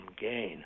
gain